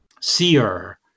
seer